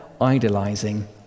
idolizing